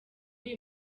uyu